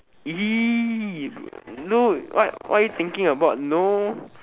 no what are you thinking about no